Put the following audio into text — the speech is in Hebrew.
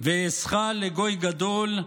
"ואעשך לגוי גדול,